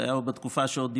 זה היה בתקופה שעוד דיברנו,